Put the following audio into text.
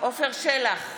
עפר שלח,